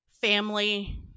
family